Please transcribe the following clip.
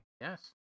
Yes